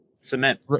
cement